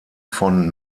von